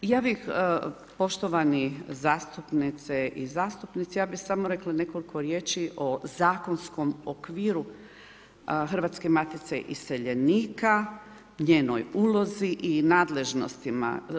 Ja bih, poštovane zastupnice i zastupnici, ja bih samo rekla nekoliko riječi o zakonskom okviru Hrvatske matice iseljenika, njenoj ulozi i nadležnostima.